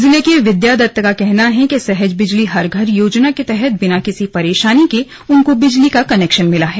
जिले के विद्यादत्त का कहना है कि सहज बिजली हर घर योजना के तहत बिना किसी परेशानी के उनको बिजली का कनेक्शन मिला है